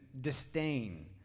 disdain